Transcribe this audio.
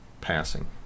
passing